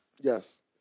Yes